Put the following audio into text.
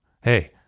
Hey